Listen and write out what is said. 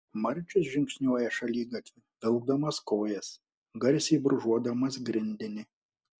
marčius žingsniuoja šaligatviu vilkdamas kojas garsiai brūžuodamas grindinį